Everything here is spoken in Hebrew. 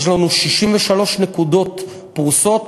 יש לנו 63 נקודות פרוסות